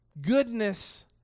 Goodness